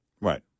Right